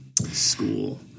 school